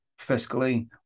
fiscally